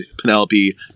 Penelope